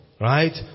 Right